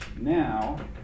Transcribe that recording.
Now